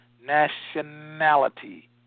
nationality